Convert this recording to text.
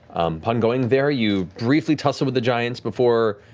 upon going there you briefly tussled with the giants before,